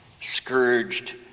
scourged